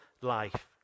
life